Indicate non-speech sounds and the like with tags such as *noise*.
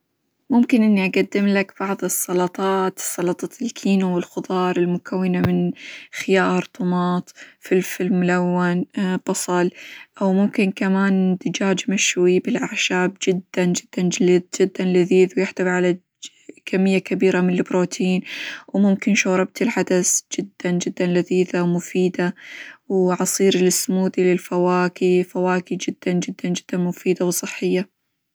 ممكن إني أقدم لك بعض السلطات، سلطة الكينوة، والخظار، المكونة من خيار، طماط، فلفل ملون، *hesitation* بصل، أو ممكن كمان دجاج مشوي بالأعشاب جدًا جدًا -جدًا ل- جدًا لذيذ، ويحتوي -ج- على كمية كبيرة من البروتين، وممكن شوربة العدس جدًا جدًا لذيذة، ومفيدة، وعصير السموزي للفواكه، الفواكه جدًا جدًا جدًا مفيدة، وصحية.